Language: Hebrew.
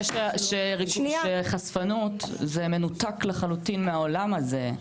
זה שחשפנות זה מנותק לחלוטין מהעולם הזה,